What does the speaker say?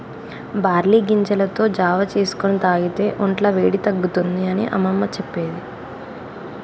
barley గింజలతో జావా చేసుకొని తాగితే వొంట్ల వేడి తగ్గుతుంది అని అమ్మమ్మ చెప్పేది